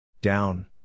Down